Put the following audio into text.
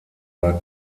war